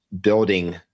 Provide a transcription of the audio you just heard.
building